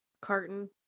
carton